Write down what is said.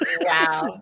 wow